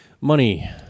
Money